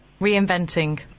reinventing